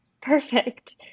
Perfect